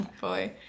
boy